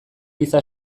giza